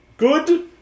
Good